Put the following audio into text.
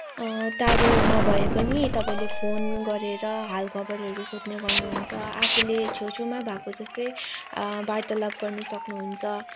टाढोमा भए पनि तपाईँले फोन गरेर हाल खबरहरू सोध्ने गर्नुहुन्छ आफूले छेउछेउमा भएको जस्तै वार्तालाप गर्न सक्नुहुन्छ